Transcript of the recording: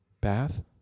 Bath